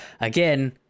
again